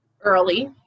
Early